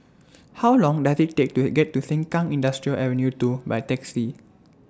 How Long Does IT Take to He get to Sengkang Industrial Avenue two By Taxi